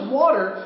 water